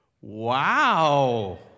wow